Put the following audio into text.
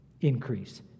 increase